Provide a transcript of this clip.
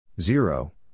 zero